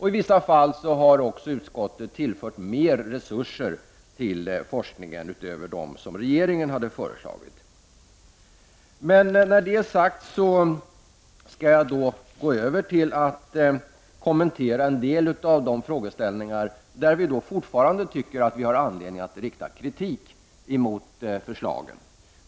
I vissa fall har utskottet också velat tillföra mer resurser till forskningen utöver dem som regeringen har föreslagit. När detta sagts skall jag gå över till att kommentera en del av de frågeställningar där vi fortfarande tycker att vi har anledning att rikta kritik emot förslaget.